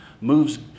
moves